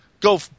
Go